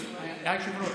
היושב-ראש,